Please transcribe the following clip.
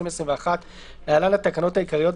2021 (להלן- התקנות העיקריות),